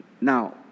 Now